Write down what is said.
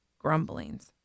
grumblings